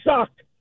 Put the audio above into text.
sucked